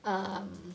err